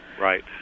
Right